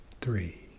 three